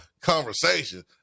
conversation